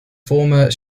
former